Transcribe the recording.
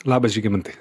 labas žygimantai